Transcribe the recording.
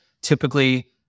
typically